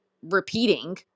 repeating